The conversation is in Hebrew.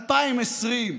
2020,